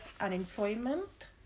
unemployment